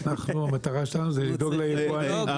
אנחנו המטרה שלנו זה לדאוג ליבואנים.